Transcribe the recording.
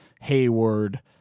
Hayward